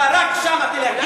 אתה רק לשם תלך.